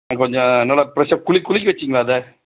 ஆ கொஞ்சம் நல்லா ஃப்ரெஷ்ஷா குளி குளிக்க வைச்சீங்களா அதை